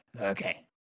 Okay